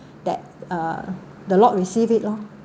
that uh the lord received it loh